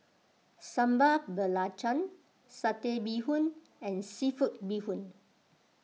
Sambal Belacan Satay Bee Hoon and Seafood Bee Hoon